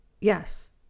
yes